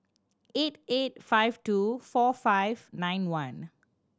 eight eight five two four five nine one